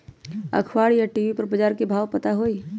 अखबार या टी.वी पर बजार के भाव पता होई?